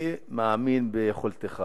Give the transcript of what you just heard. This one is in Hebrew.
אני מאמין ביכולתך,